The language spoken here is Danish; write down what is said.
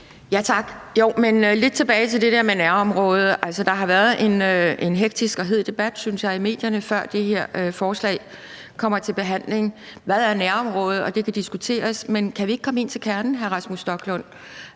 men jeg vil gerne lidt tilbage til det der med nærområde. Der har været en hektisk og hed debat, synes jeg, i medierne, før det her forslag kom til behandling: Hvad er nærområde? Og det kan diskuteres, men kan vi ikke komme ind til kernen, hr. Rasmus Stoklund?